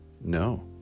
No